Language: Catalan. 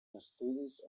estudis